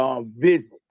visit